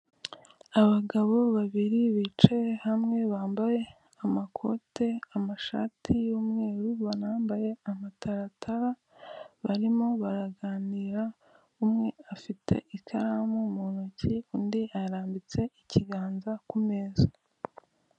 Abagabo babiri bicaye hamwe bambaye amakote ,amashati y'umweru banambaye amataratara barimo baraganira umwe afite ikaramu mu ntoki undi arambitse ikiganza ku meza.